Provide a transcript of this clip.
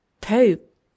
Pope